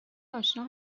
آشنا